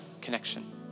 connection